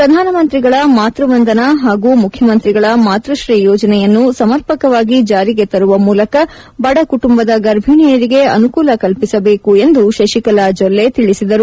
ಪ್ರಧಾನಮಂತ್ರಿಗಳ ಮಾತೃವಂದನಾ ಹಾಗೂ ಮುಖ್ಯಮಂತ್ರಿಗಳ ಮಾತೃಶ್ರೀ ಯೋಜನೆಯನ್ನು ಸಮರ್ಪಕವಾಗಿ ಜಾರಿಗೆ ತರುವ ಮೂಲಕ ಬಡ ಕುಟುಂಬದ ಗರ್ಭಿಣಿಯರಿಗೆ ಅನುಕೂಲ ಕಲ್ವಿಸಬೇಕು ಎಂದು ಶಶಿಕಲಾ ಜೊಲ್ಲೆ ತಿಳಿಸಿದರು